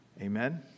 Amen